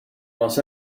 los